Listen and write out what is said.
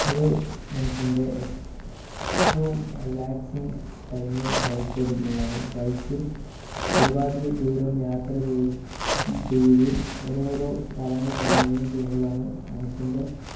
ഒരു മനുഷ്യൻ്റെ ഏറ്റവും റിലാക്സിംഗ് ടൈമ് ബൈക്കോടിക്കുമ്പോൾ ആണ് ബൈക്കിൽ ഒരുപാട് ദൂരം യാത്ര ചെയ്യുക ചെയ്യുകയും ഓരോരോ സ്ഥലങ്ങൾ കാണുകയും ചെയ്യുമ്പോൾ ആണ് മനുഷ്യൻ്റെ